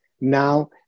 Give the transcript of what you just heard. Now